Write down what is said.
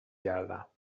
گردم